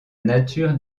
nature